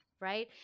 right